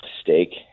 Steak